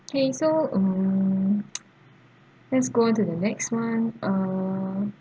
okay so um let's go onto the next one uh